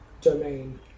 domain